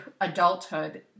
adulthood